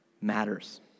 matters